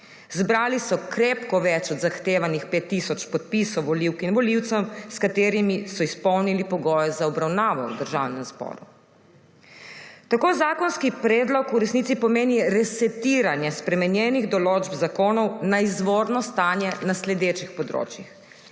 Zbrali so krepko več od zahtevanih 5 tisoč podpisov volivk in volivcev, s katerimi so izpolnili pogoje za obravnavo v Državnem zboru. Tako zakonski predlog v resnici pomeni resetiranje spremenjenih določb zakonov na izvorno stanje na sledečih področjih: